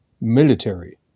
military